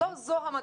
לא זו המטרה,